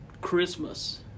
Christmas